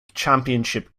championship